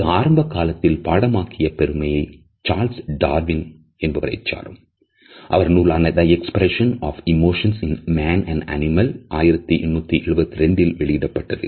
அவருடைய நூலான The Expression of the Emotions in Man and Animals 1872 ல் வெளியிடப்பட்டது